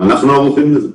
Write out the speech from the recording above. אנחנו ערוכים לזה.